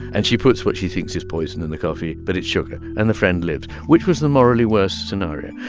and she puts what she thinks is poison in the coffee, but it's sugar, and the friend lives. which was the morally worse scenario?